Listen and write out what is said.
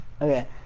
Okay